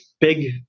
big